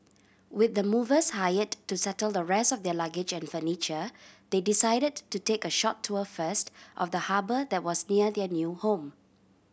with the movers hired to settle the rest of their luggage and furniture they decided to take a short tour first of the harbour that was near their new home